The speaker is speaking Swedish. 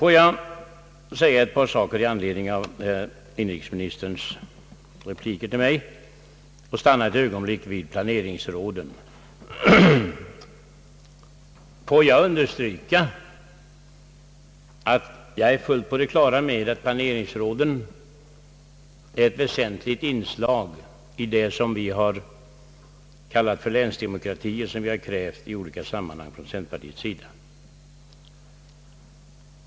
Låt mig säga ett par saker i anledning av inrikesministerns repliker till mig och stanna ett ögonblick vid planeringsråden. Jag vill understryka att jag är fullt på det klara med att planeringsråden är ett väsentligt inslag i det som vi har kallat för länsdemokrati och som vi i centerpartiet i olika sammanhang har krävt.